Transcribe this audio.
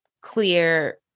clear